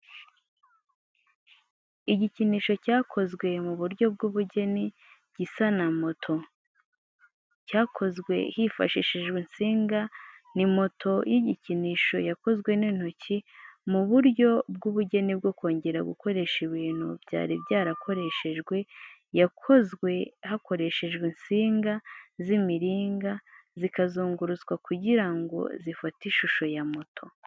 Igikinisho cyakozwe mu buryo bw’ubugeni, gisa na moto, cyakozwe hifashishijwe insinga. Ni moto y’igikinisho yakozwe n’intoki, mu buryo bw’ubugeni bwo kongera gukoresha ibintu byari byarakoreshejwe. Yakozwe hakoreshejwe insinga z’imiringa zikazungurutswa kugira ngo zifate ishusho ya moto.